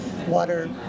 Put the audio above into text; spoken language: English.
water